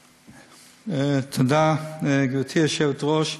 תודה, גברתי היושבת-ראש.